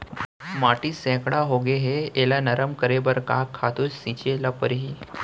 माटी सैकड़ा होगे है एला नरम करे बर का खातू छिंचे ल परहि?